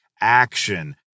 action